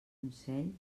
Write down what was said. consell